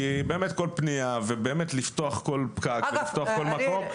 כי באמת כל פנייה ובאמת לפתוח כל פקק ולפתוח כל --- אגב,